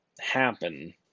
happen